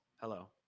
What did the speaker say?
hello